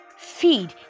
Feed